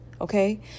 Okay